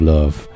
Love